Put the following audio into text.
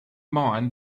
mind